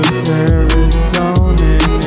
serotonin